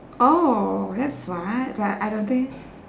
oh that's smart like I don't think